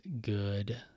good